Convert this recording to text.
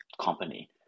company